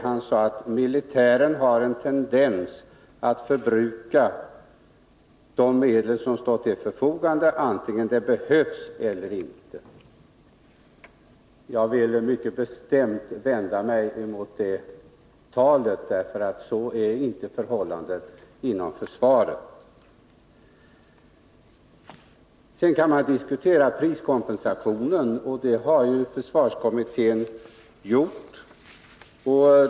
Han säger att militären har en tendens att förbruka de medel som står till förfogande vare sig de behövs eller inte. Jag vill mycket bestämt vända mig mot det talet, därför att så är inte förhållandet inom försvaret. Man kan diskutera priskompensationen, och det har försvarskommittén gjort.